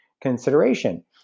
consideration